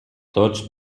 tots